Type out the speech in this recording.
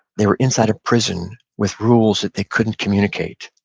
they were inside a prison with rules that they couldn't communicate,